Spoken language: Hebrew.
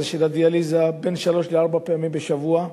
של הדיאליזה בין שלוש לארבע פעמים בשבוע.